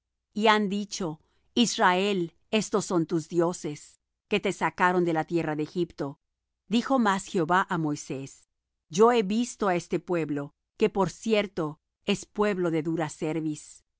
y han dicho israel estos son tus dioses que te sacaron de la tierra de egipto dijo más jehová á moisés yo he visto á este pueblo que por cierto es pueblo de dura cerviz